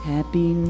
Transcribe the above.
Happy